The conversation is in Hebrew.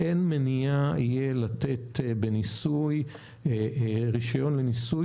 שלא תהיה מניעה לתת רישיון לניסוי,